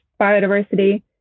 biodiversity